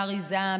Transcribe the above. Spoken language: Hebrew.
באריזה,